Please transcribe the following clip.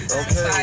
okay